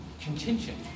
contention